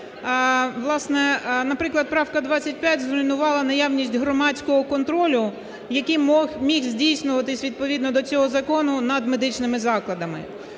наприклад, правка 25 зруйнувала наявність громадського контролю, який міг здійснюватися відповідно до цього закону над медичними закладами.